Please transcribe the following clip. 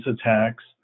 attacks